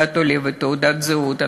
תעודת עולה ותעודת זהות,